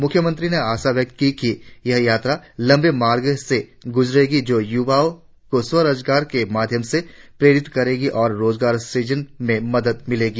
मुख्यमंत्री ने आशा व्यक्त की कि यह यात्रा लंबे मार्गों से गुजरेगी जो युवाओं को स्वरोजगार के माध्यम से प्रेरित करेगी और रोजगार सृजन में मदद मिलेगी